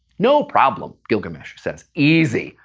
no problem, gilgamesh says. easy,